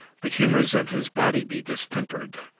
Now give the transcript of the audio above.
the humours of his body be distempered.